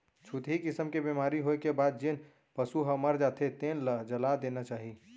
छुतही किसम के बेमारी होए के बाद जेन पसू ह मर जाथे तेन ल जला देना चाही